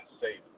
safe